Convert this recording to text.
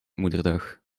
moederdag